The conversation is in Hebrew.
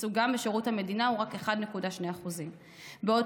ייצוגם בשירות המדינה הוא רק 1.2%. בעוד